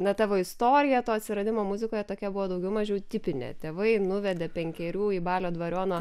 na tavo istorija to atsiradimo muzikoje tokia buvo daugiau mažiau tipinė tėvai nuvedė penkerių į balio dvariono